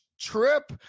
trip